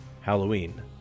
Halloween